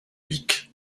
vicq